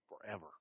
forever